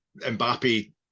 Mbappe